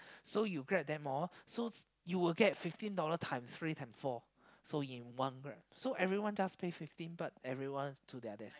so you Grab them all so you will get fifteen dollars times three times four so in one Grab so everyone just pay fifteen but everyone to their destination